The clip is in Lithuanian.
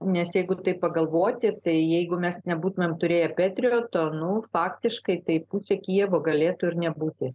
nes jeigu taip pagalvoti tai jeigu mes nebūtumėm turėję petrioto nu faktiškai tai kijevo galėtų ir nebūti